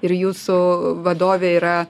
ir jūsų vadovė yra